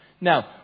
Now